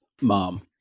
Mom